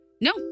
No